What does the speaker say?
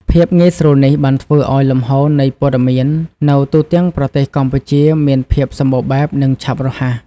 ភាពងាយស្រួលនេះបានធ្វើឱ្យលំហូរនៃព័ត៌មាននៅទូទាំងប្រទេសកម្ពុជាមានភាពសម្បូរបែប និងឆាប់រហ័ស។